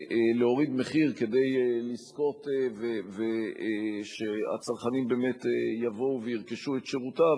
להוריד מחיר כדי לזכות שהצרכנים באמת יבואו וירכשו את שירותיו,